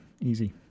easy